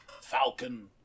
Falcon